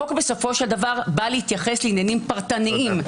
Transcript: חוק בסופו של דבר בא להתייחס לעניינים פרטניים,